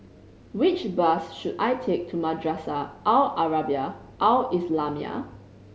which bus should I take to Madrasah Al Arabiah Al Islamiah